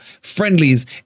friendlies